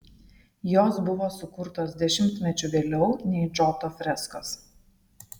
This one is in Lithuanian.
jos buvo sukurtos dešimtmečiu vėliau nei džoto freskos